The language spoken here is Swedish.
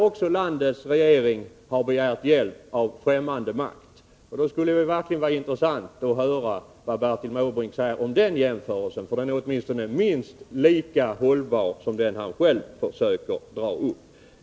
Det landets regering har också begärt hjälp av fftämmande makt. Det skulle verkligen vara intressant att höra vad Bertil Måbrink säger om den jämförelsen. Den är åtminstone minst lika hållbar som den han själv försöker dra upp.